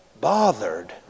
bothered